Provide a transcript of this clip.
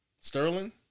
Sterling